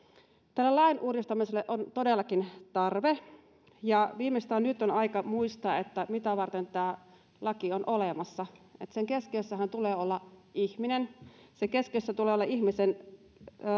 tälle lain uudistamiselle on todellakin tarve ja viimeistään nyt on aika muistaa mitä varten tämä laki on olemassa sen keskiössähän tulee olla ihminen sen keskiössä tulee olla ihmisen